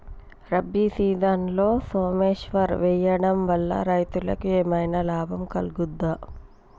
రబీ సీజన్లో సోమేశ్వర్ వేయడం వల్ల రైతులకు ఏమైనా లాభం కలుగుద్ద?